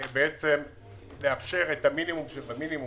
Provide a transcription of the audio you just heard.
שמאפשר את המינימום שבמינימום